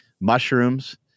mushrooms